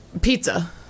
Pizza